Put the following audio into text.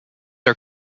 are